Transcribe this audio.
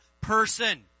person